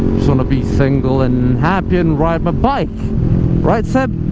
wanna be single and happy and ride my bike right seb?